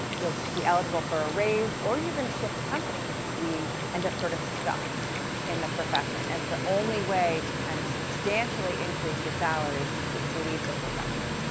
you'll be eligible for a raise or you're going to shift companies. we end up sort of stuck in the profession as the only way to kind of substantially increase your salary is to leave the profession.